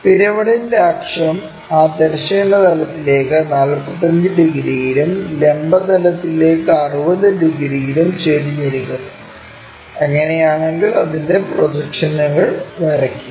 പിരമിഡിന്റെ അക്ഷം ആ തിരശ്ചീന തലത്തിലേക്ക് 45 ഡിഗ്രിയിലും ലംബ തലത്തിലേക്ക് 60 ഡിഗ്രിയിലും ചെരിഞ്ഞിരിക്കുന്നു അങ്ങനെയാണെങ്കിൽ അതിന്റെ പ്രൊജക്ഷനുകൾ വരയ്ക്കുക